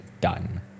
done